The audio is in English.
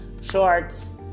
shorts